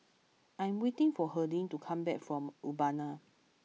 I am waiting for Harding to come back from Urbana